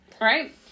Right